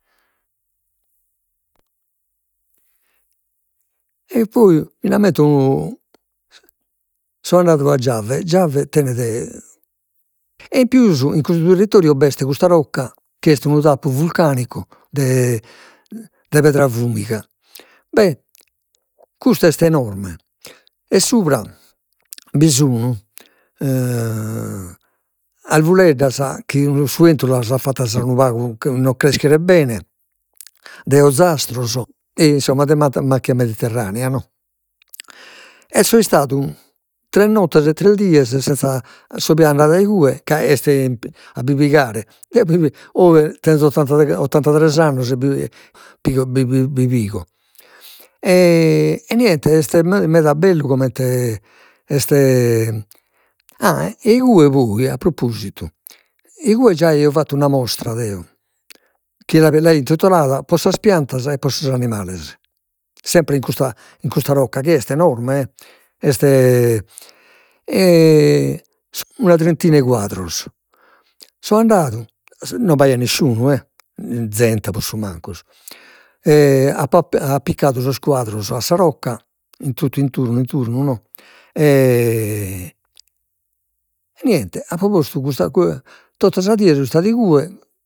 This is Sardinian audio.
E poi minde ammento so andadu a Giave, Giave tenet, e in pius in cussu territoriu b'est custa rocca chi est unu tappu vulcanicu de de pedra fuliga, beh custa est enorme e subra bi sun arvureddos, chi su 'entu las at fattas unu pagu non creschere bene, de ozastros, e insomma de ma- macchia mediterranea no, e so istadu tres nottes e tres dies senza andare a igue, ca est a bi pigare, eo oe tenzo ott- ottantatres annos e pigo bi bi pigo, e niente, est meda bellu comente est, ah e igue poi a propositu, igue già aio fattu una mostra deo chi l'aio intitulada, pro sas pianta e pro sos animales, sempre in custa in custa rocca chi est enorme, est una trintina 'e quadros, so andadu, non b'aiat nisciunu e, zente pro su mancus, e apo ap- appiccadu sos quadros a sa rocca in totu intundu intundu no, niente, apo postu, tota sa die so istadu igue